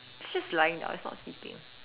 it's just lying down it's not sleeping